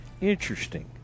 Interesting